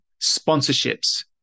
sponsorships